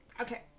Okay